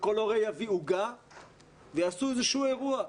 שכל הורה יביא עוגה ויעשו איזשהו אירוע.